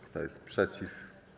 Kto jest przeciw?